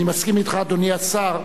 אני מסכים אתך, אדוני השר,